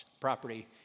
property